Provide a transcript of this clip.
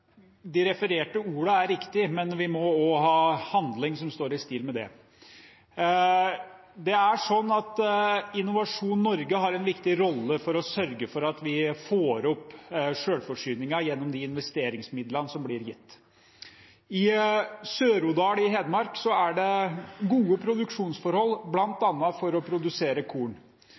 De refererte ordene er riktige, men vi må også ha handling som står i stil med dem. Innovasjon Norge har en viktig rolle for å sørge for at vi får opp selvforsyningen gjennom de investeringsmidlene som blir gitt. I Sør-Odal i Hedmark er det gode produksjonsforhold, bl.a. for å produsere korn.